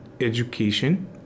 education